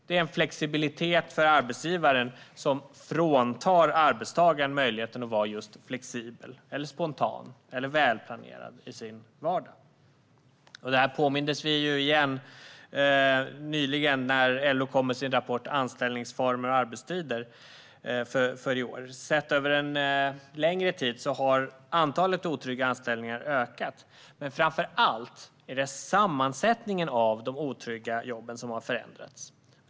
Det är en flexibilitet för arbetsgivaren som fråntar arbetstagaren möjligheten att vara just flexibel - eller spontan, eller välplanerad - i sin vardag. Nyligen påmindes vi återigen om detta, när LO kom med sin rapport Anställningsformer och arbetstider 2017 . Sett över en längre tid har antalet otrygga anställningar ökat, men framför allt är det sammansättningen av de otrygga jobben som har förändrats.